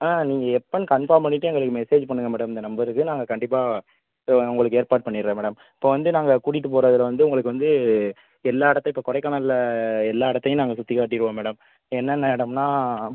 ஆ நீங்கள் எப்படின்னு கன்ஃபார்ம் பண்ணிகிட்டு எங்களுக்கு மெசேஜ் பண்ணுங்கள் மேடம் இந்த நம்பருக்கு நாங்கள் கண்டிப்பாக உங்களுக்கு ஏற்பாடு பண்ணிடுவேன் மேடம் இப்போ வந்து நாங்கள் கூட்டிகிட்டு போகிறதுல வந்து உங்களுக்கு வந்து எல்லா இடத்தையும் இப்போ கொடைக்கானலில் எல்லா இடத்தையும் நாங்கள் சுற்றி காட்டிடுவோம் மேடம் என்னென்ன இடம்னா